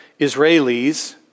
Israelis